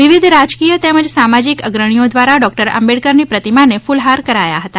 વિવિધ રાજકીય તેમજ સામાજિક અગ્રણીઓ દ્વારા ડૉકટર આંબેડકરની પ્રતિમાને ક્રલહાર કરાયા હતા